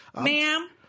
Ma'am